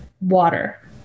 water